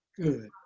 Good